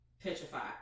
petrified